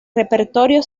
repertorio